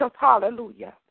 Hallelujah